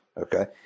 Okay